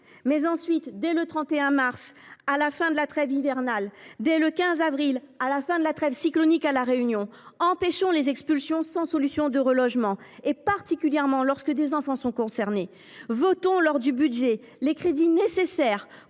d’agir. Ensuite, dès le 31 mars, fin de la trêve hivernale, et le 15 avril, fin de la trêve cyclonique à La Réunion, empêchons les expulsions sans solution de relogement, particulièrement lorsque des enfants sont concernés. Votons, lors du budget, les crédits nécessaires